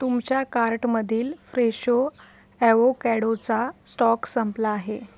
तुमच्या कार्टमधील फ्रेशो ॲवोकॅडोचा स्टॉक संपला आहे